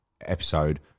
episode